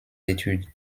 études